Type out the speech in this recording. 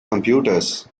computers